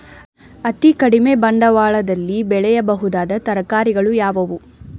ಅತೀ ಕಡಿಮೆ ಬಂಡವಾಳದಲ್ಲಿ ಬೆಳೆಯಬಹುದಾದ ತರಕಾರಿಗಳು ಯಾವುವು?